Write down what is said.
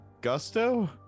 gusto